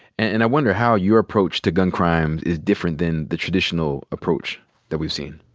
and i wonder how your approach to gun crime is different than the traditional approach that we've seen.